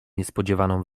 niespodzianą